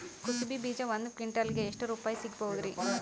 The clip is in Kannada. ಕುಸಬಿ ಬೀಜ ಒಂದ್ ಕ್ವಿಂಟಾಲ್ ಗೆ ಎಷ್ಟುರುಪಾಯಿ ಸಿಗಬಹುದುರೀ?